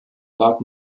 lag